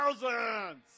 thousands